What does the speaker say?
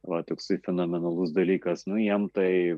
va toksai fenomenalus dalykas nu jiem tai